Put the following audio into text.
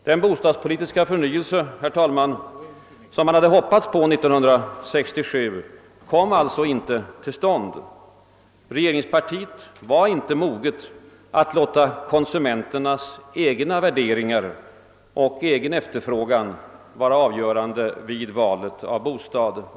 Den bostadspolitiska förnyelse, herr talman, som man hade hoppats på år 1967 kom alltså inte till stånd. Regeringspartiet var inte moget att låta konsumenternas egna värderingar och egen efterfrågan vara avgörande vid valet av bostad.